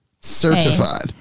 Certified